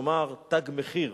נאמר "תג מחיר"